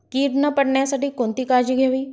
कीड न पडण्यासाठी कोणती काळजी घ्यावी?